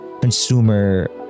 consumer